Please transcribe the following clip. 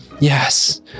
Yes